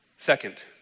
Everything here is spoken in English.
Second